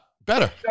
better